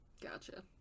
Gotcha